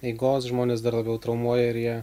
eigos žmones dar labiau traumuoja ir jie